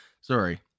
Sorry